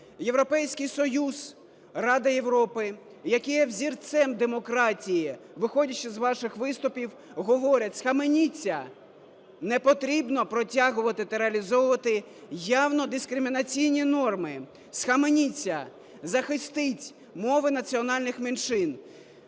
Європейський Союз, Рада Європи, які є взірцем демократії, виходячи з ваших виступів, говорять: "Схаменіться! Не потрібно протягувати та реалізовувати явно дискримінаційні норми. Схаменіться, захистіть мови національних меншин".